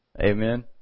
Amen